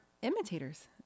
Imitators